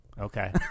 Okay